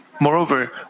moreover